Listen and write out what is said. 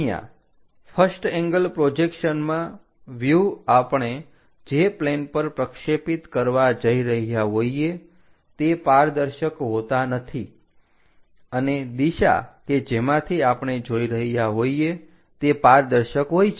અહીંયા first angle પ્રોજેક્શનમાં વ્યુહ આપણે જે પ્લેન પર પ્રક્ષેપિત કરવા જઈ રહ્યા હોઈએ તે પારદર્શક હોતા નથી અને દિશા કે જેમાંથી આપણે જોઈ રહ્યા હોઈએ તે પારદર્શક હોય છે